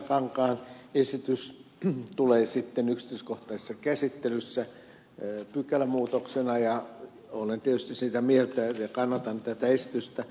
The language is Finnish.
kankaan esitys tulee sitten yksityiskohtaisessa käsittelyssä pykälämuutoksena ja olen tietysti sitä mieltä ja kannatan tätä esitystä